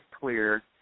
clear